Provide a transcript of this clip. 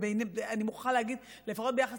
אני מוכרחה להגיד, לפחות ביחס